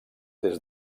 des